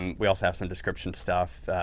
um we also have some description stuff.